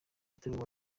atariwe